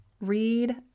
read